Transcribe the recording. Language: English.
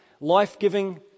life-giving